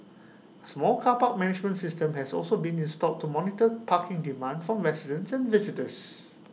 A smart car park management system has also been installed to monitor parking demand from residents and visitors